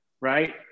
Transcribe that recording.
right